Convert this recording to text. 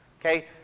Okay